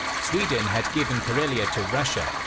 sweden had given karelia to russia.